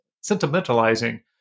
sentimentalizing